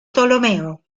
ptolomeo